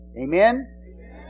Amen